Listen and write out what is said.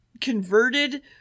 converted